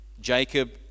Jacob